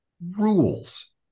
rules